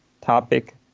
topic